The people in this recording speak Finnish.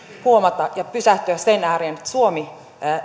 huomata ja pysähtyä sen ääreen että suomi